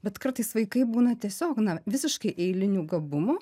bet kartais vaikai būna tiesiog na visiškai eilinių gabumų